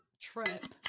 trip